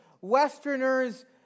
Westerners